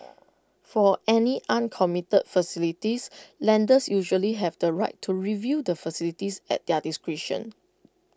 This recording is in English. for any uncommitted facilities lenders usually have the right to review the facilities at their discretion